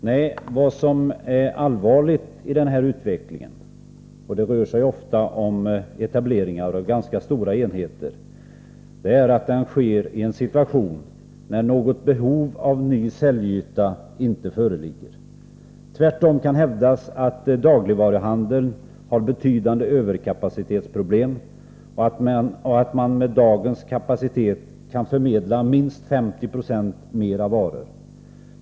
Nej, vad som är allvarligt i den här utvecklingen — och det rör sig ofta om etableringar av ganska stora enheter — är att etableringarna sker i en situation när något behov av ny säljyta inte föreligger. Tvärtom kan hävdas att dagligvaruhandeln har betydande överkapacitetsproblem och att man med dagens kapacitet kan klara en varuförmedling som omfattar ytterligare minst 50 26.